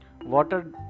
Water